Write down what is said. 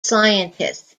scientists